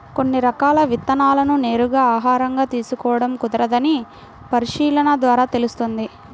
కొన్ని రకాల విత్తనాలను నేరుగా ఆహారంగా తీసుకోడం కుదరదని పరిశీలన ద్వారా తెలుస్తుంది